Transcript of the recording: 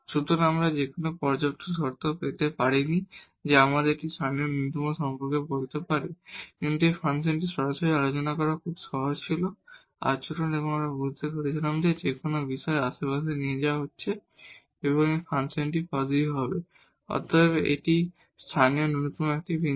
সুতরাং আমরা কোন পর্যাপ্ত শর্ত পেতে পারিনি যা আমাদের এই লোকাল মিনিমা সম্পর্কে বলতে পারে কিন্তু এই ফাংশনটি সরাসরি আলোচনা করা খুব সহজ ছিল আচরণ এবং আমরা বুঝতে পেরেছিলাম যে যে কোন বিষয় আশেপাশে নিয়ে যাওয়া হচ্ছে এই ফাংশনটি পজিটিভ হবে এবং অতএব এটি লোকাল মিনিমা একটি বিন্দু